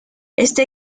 este